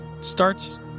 starts